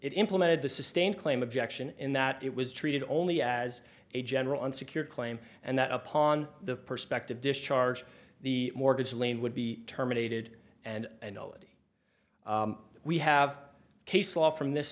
implemented the sustained claim objection in that it was treated only as a general unsecured claim and that upon the perspective discharge the mortgage lane would be terminated and nobody we have a case law from this